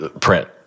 print